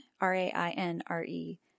R-A-I-N-R-E